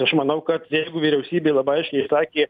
aš manau kad jeigu vyriausybė labai aiškiai išsakė